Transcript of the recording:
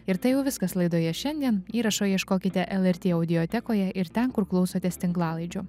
ir tai jau viskas laidoje šiandien įrašo ieškokite lrt audiotekoje ir ten kur klausotės tinklalaidžių